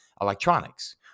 electronics